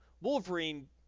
Wolverine